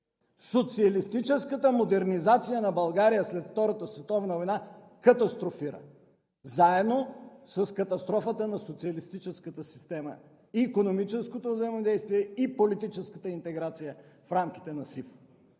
Социалистическата модернизация на България след Втората световна война катастрофира заедно с катастрофата на социалистическата система – и икономическото взаимодействие, и политическата интеграция в рамките на СИВ!